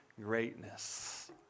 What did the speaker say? greatness